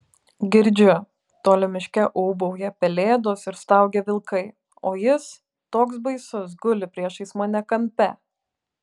girdžiu toli miške ūbauja pelėdos ir staugia vilkai o jis toks baisus guli priešais mane kampe